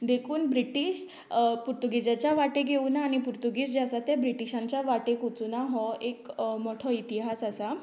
देखून ब्रिटिश पुर्तुगीज्याच्या वाटेक येवुना आनी पुर्तुगीज जे आसा ते ब्रिटिशांच्या वाटेक वचूना हो एक मोठो इतिहास आसा